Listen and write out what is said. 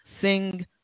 sing